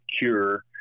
Cure